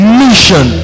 mission